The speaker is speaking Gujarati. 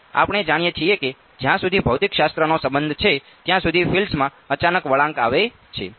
તેથી આપણે જાણીએ છીએ કે જ્યાં સુધી ભૌતિકશાસ્ત્રનો સંબંધ છે ત્યાં સુધી ફિલ્ડ્સમાં અચાનક વળાંક આવે છે